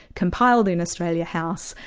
compiled in australia house,